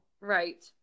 Right